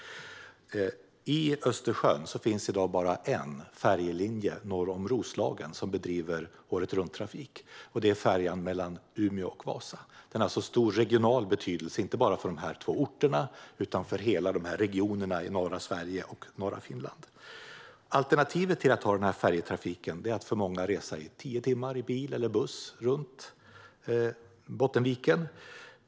I Östersjön finns i dag bara en färjelinje norr om Roslagen som bedriver åretrunttrafik, nämligen färjan mellan Umeå och Vasa. Den har alltså stor regional betydelse, inte bara för dessa två orter utan sammantaget för dessa regioner i norra Sverige och i norra Finland. Alternativet till denna färjetrafik är för många att resa i tio timmar med bil eller buss runt Bottenviken.